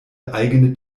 eigene